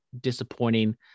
disappointing